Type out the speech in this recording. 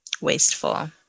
wasteful